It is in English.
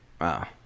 Wow